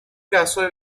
caso